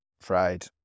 fried